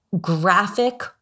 graphic